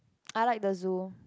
I like the zoo